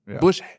Bush